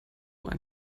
ein